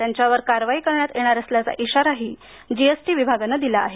त्यांच्यावर कारवाई करण्यात येणार असल्याचा इशाराही जीएसटी विभागानं दिला आहे